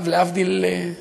אגב, להבדיל,